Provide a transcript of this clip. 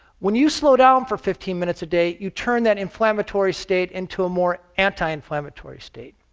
when you slow down for fifteen minutes a day you turn that inflammatory state into a more anti-inflammatory state.